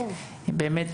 באמת,